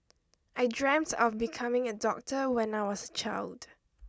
I dreamt of becoming a doctor when I was a child